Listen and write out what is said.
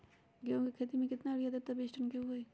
गेंहू क खेती म केतना यूरिया देब त बिस टन गेहूं होई?